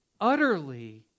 utterly